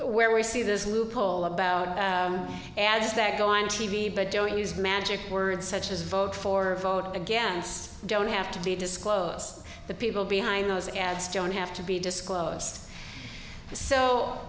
where we see this loophole about ads that go on t v but don't use magic words such as vote for vote against don't have to be disclose the people behind those ads don't have to be disclosed so